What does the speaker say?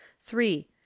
three